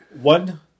One